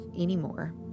anymore